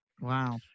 Wow